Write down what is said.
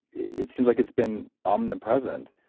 it seems like it's been omnipresent.